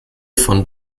von